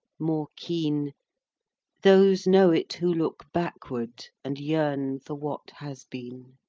more keen those know it who look backward, and yearn for what has been.